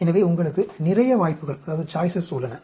எனவே உங்களுக்கு நிறைய வாய்ப்புகள் உள்ளன